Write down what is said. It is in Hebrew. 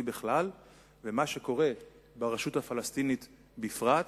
בכלל ומה שקורה ברשות הפלסטינית בפרט.